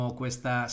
questa